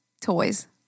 toys